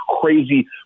crazy